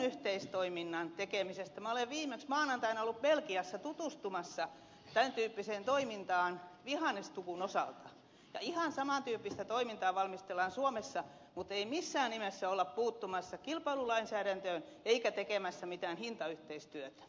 minä olen viime maanantaina ollut belgiassa tutustumassa tämän tyyppiseen toimintaan vihannestukun osalta ja ihan saman tyyppistä toimintaa valmistellaan suomessa mutta ei missään nimessä olla puuttumassa kilpailulainsäädäntöön eikä tekemässä mitään hintayhteistyötä